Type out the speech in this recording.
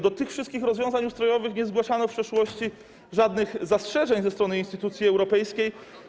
Do tych wszystkich rozwiązań ustrojowych nie zgłaszano w przeszłości żadnych zastrzeżeń ze strony instytucji europejskiej.